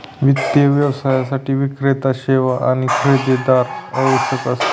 वित्त व्यवसायासाठी विक्रेते, सेवा आणि खरेदीदार आवश्यक आहेत